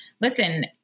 listen